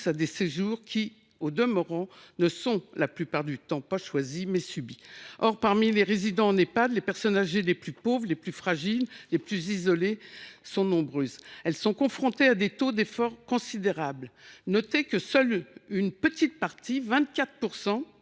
à des séjours qui, au demeurant, ne sont la plupart du temps pas choisis, mais subis ». Or, parmi les résidents en Ehpad, les personnes âgées pauvres, fragiles et isolées sont nombreuses. Elles sont confrontées à des taux d’effort considérables : seulement une petite partie